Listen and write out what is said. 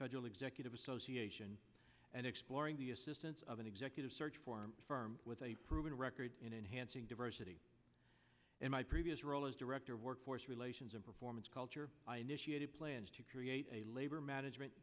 federal executive association and exploring the assistance of an executive search for a firm with a proven record in enhancing diversity in my previous role as director of workforce relations and performance culture i initiated plans to create a labor management